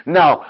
now